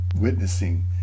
witnessing